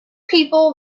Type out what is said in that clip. people